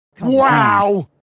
Wow